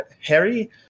Harry